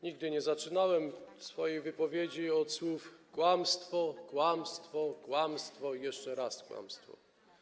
Nigdy nie zaczynałem swojej wypowiedzi od słów: kłamstwo, kłamstwo, kłamstwo i jeszcze raz kłamstwo.